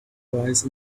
prize